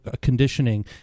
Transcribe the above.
Conditioning